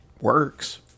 works